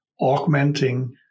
augmenting